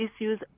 issues